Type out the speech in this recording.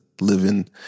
living